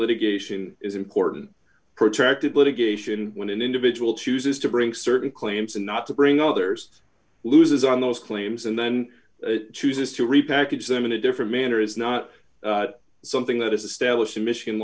litigation is important protracted litigation when an individual chooses to bring certain claims and not to bring others loses on those claims and then chooses to repackage them in a different manner is not something that is established in michigan